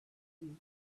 you